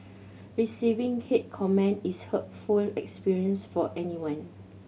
receiving hate comment is a hurtful experience for anyone